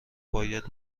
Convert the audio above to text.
باید